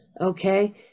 okay